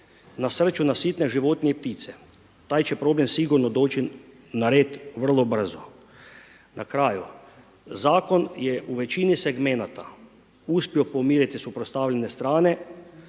nasrću na sitne životinje i ptice. Taj će problem sigurno doći na red vrlo brzo. Na kraju, zakon je u većini segmenata uspio pomiriti suprotstavljene strane,